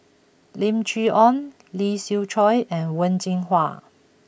Lim Chee Onn Lee Siew Choh and Wen Jinhua